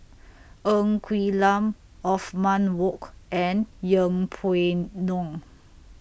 Ng Quee Lam Othman Wok and Yeng Pway Ngon